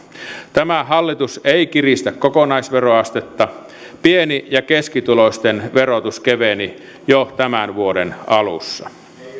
tämä hallitus ei kiristä kokonaisveroastetta pieni ja keskituloisten verotus keveni jo tämän vuoden alussa